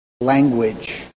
language